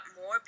more